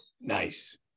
Nice